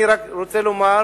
אני רק רוצה לומר,